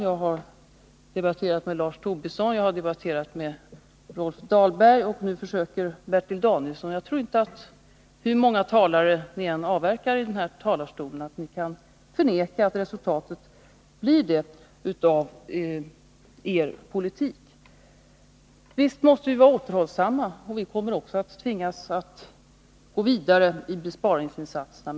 Jag debatterade då med Lars Tobisson och med Rolf Dahlberg, och nu försöker Bertil Danielsson. Jag tror inte — hur många talare ni än avverkar i denna talarstol — att ni kan förneka att resultatet av er politik blir det som jag har sagt. Visst måste vi vara återhållsamma, och vi kommer att tvingas att gå vidare med besparingsinsatserna.